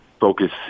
focus